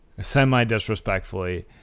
semi-disrespectfully